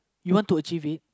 you want to achieve it